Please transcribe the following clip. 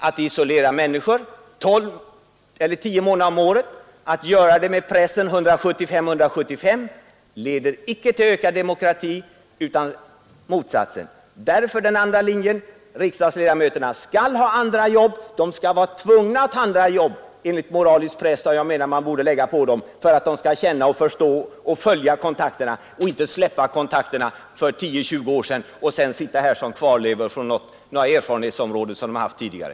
Att isolera människor tolv eller tio månader om året med pressen 175—175 leder icke till ökad demokrati utan till motsatsen. Därför måste vi följa den andra linjen: riksdagsledamöterna skall ha andra jobb. Jag menar att man måste lägga en moralisk press på dem för att de skall känna att de är tvungna att ha andra jobb, så att de kan förstå andra och följa upp kontakterna i stället för att släppa dem och sedan sitta här i tio eller tjugo år som kvarlevor från tidigare erfarenhetsområden.